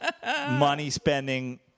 Money-spending